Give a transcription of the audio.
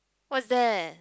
what's that